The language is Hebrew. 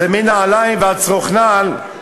זה מנעליים ועד שרוך נעל,